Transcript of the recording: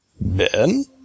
Ben